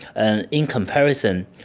ah in comparison,